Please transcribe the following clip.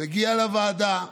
מגיע לוועדה,